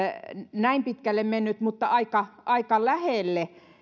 näin pitkälle mennyt mutta aika aika lähelle